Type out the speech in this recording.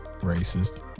racist